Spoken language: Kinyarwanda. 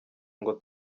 ngo